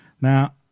Now